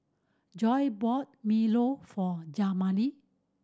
Joe bought milo for Jamari